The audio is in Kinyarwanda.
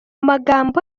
magambo